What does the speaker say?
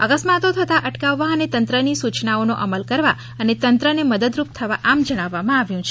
અકસ્માઇતો થતાં અટકાવવા અને તંત્રની સુચનાઓનો અમલ કરવા અને તંત્રને મદદરૂપ થવા જણાવવામાં આવે છે